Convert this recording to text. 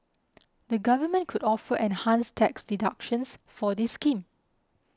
the government could offer enhanced tax deductions for this scheme